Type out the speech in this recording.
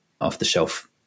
off-the-shelf